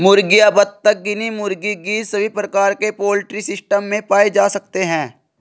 मुर्गियां, बत्तख, गिनी मुर्गी, गीज़ सभी प्रकार के पोल्ट्री सिस्टम में पाए जा सकते है